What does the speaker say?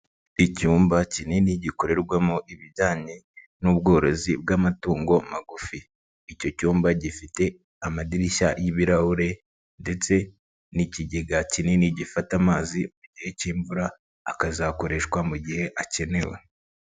Icyumba kinini gikorerwamo ibijyanye n'ubworozi bw'amatungo magufi, icyo cyumba gifite amadirishya y'ibirahure ndetse n'ikigega kinini gifata amazi mu gihe cy'imvura akazakoreshwa mu gihe akenewe.